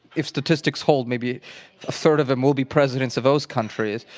if statistics hold, maybe a third of them will be presidents of those countries.